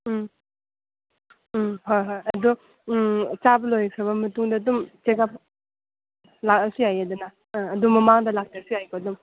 ꯎꯝ ꯎꯝ ꯍꯣꯏ ꯍꯣꯏ ꯑꯗꯣ ꯆꯥꯕ ꯂꯣꯏꯈ꯭ꯔꯕ ꯃꯇꯨꯡꯗ ꯑꯗꯨꯝ ꯆꯦꯛ ꯑꯞ ꯂꯥꯛꯑꯁꯨ ꯌꯥꯏꯗꯅ ꯑꯥ ꯑꯗꯨ ꯃꯃꯥꯡꯗ ꯂꯥꯛꯇ꯭ꯔꯁꯨ ꯌꯥꯏꯀꯣ ꯑꯗꯨꯝ